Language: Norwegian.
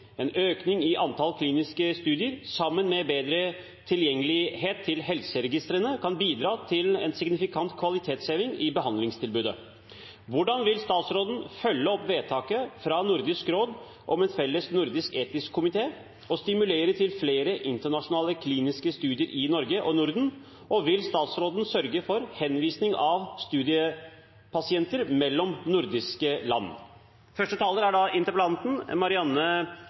en behandling, og man ville også bli mer attraktiv som land ved tildeling av kliniske studier, ettersom man kan argumentere for bedre leveransedyktighet i forhold til deltakelse i studiet. Mine spørsmål til statsråden er derfor: Hvordan vil statsråden følge opp vedtaket i Nordisk råd om en felles nordisk etisk komité? Hvordan vil statsråden stimulere til flere internasjonale kliniske studier i Norge og Norden? Og vil statsråden tilrettelegge for henvisning av studiepasienter mellom nordiske